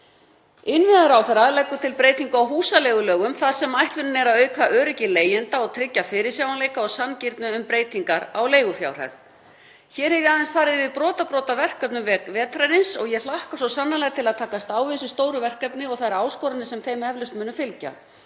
Innviðaráðherra leggur til breytingu á húsaleigulögum þar sem ætlunin er að auka öryggi leigjenda og tryggja fyrirsjáanleika og sanngirni um breytingar á leigufjárhæð. Hér hef ég aðeins farið yfir brotabrot af verkefnum vetrarins og ég hlakka svo sannarlega til að takast á við þessi stóru verkefni og þær áskoranir sem þeim eflaust munu fylgja